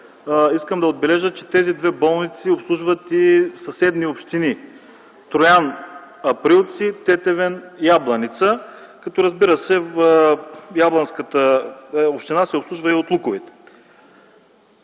искам да отбележа, че тези две болници обслужват и съседни общини: Троян – Априлци, Тетевен – Ябланица. Разбира се, Ябланската община се обслужва и от Луковит.